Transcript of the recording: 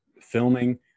filming